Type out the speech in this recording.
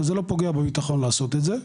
זה לא פוגע בביטחון לעשות את זה.